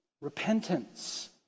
Repentance